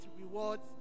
rewards